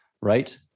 right